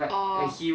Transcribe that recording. orh